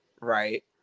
right